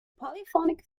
polyphonic